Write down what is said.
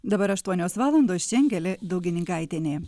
dabar aštuonios valandos čia angelė daugininkaitienė